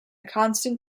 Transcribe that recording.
constant